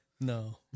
no